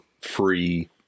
free